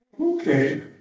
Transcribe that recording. Okay